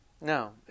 No